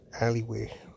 alleyway